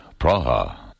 Praha